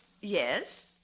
Yes